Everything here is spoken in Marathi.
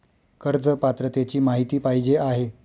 कर्ज पात्रतेची माहिती पाहिजे आहे?